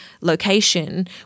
location